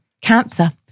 Cancer